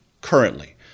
currently